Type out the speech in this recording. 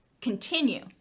continue